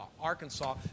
Arkansas